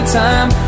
time